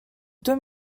deux